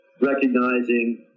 recognizing